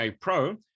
Pro